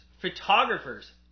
photographers